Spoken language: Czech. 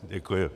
Děkuji.